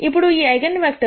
ఇప్పుడు ఈ eigen vector